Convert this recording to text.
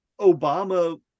Obama